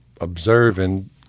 observing